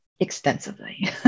extensively